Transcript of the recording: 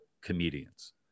comedians